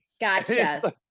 gotcha